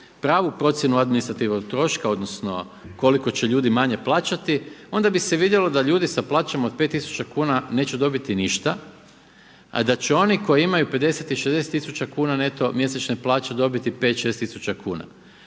pravu procjenu administrativnog troška odnosno koliko će ljudi manje plaćati onda bi se vidjelo da ljudi sa plaćama od pet tisuća kuna neće dobiti ništa, a da će oni koji imaju 50 i 60 tisuća kuna neto mjesečne plaće dobiti pet, šest